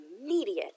immediate